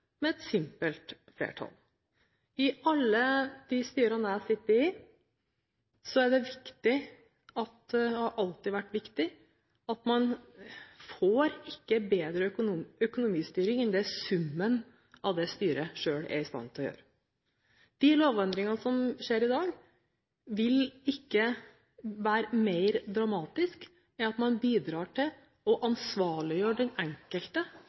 med et simpelt flertall. I alle styrene jeg har sittet i, har det alltid vært viktig at man ikke får bedre økonomistyring enn summen av det styret selv er i stand til å gjøre. De lovendringene som skjer i dag, vil ikke være mer dramatiske enn at man bidrar til å ansvarliggjøre den enkelte